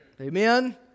Amen